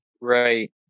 right